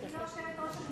היא לא יושבת-ראש הכנסת.